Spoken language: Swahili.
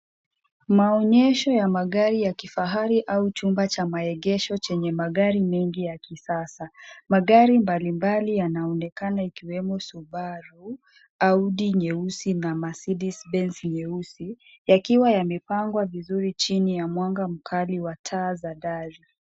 Maonyesho ya magari ya kifahari au chumba cha maegesho chenye magri mengi ya kisasa, magari mbali mbali yanaonekana ikiwemo Subaru, Audi nyeusi na Mercedes-Benz nyeusi yakiwa yamepangwa vizuri chini ya mwanga mkali wa taa za dari.